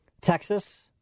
Texas